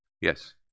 yes